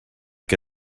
que